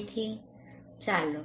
તેથી ચાલો